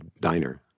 diner